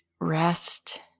rest